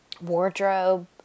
wardrobe